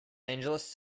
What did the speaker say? angeles